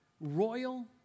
royal